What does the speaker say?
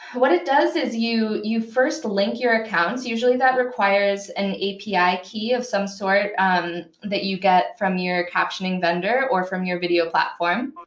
what it does is you you first link your accounts. usually, that requires an api key of some sort that you get from your captioning vendor or from your video platform.